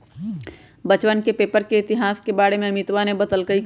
बच्चवन के पेपर के इतिहास के बारे में अमितवा ने बतल कई